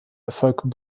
erfolg